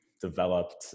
developed